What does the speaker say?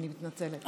אני מתנצלת.